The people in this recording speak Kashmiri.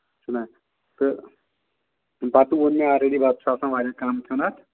چھُنہ تہٕ بَتہٕ ووٚن مےٚ آررٔڈی بَتہٕ چھُ آسان واریاہ کَم کھیوٚن اَتھ